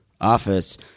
office